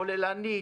כוללנית,